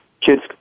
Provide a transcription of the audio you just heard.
kids